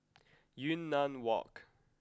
Yunnan Walk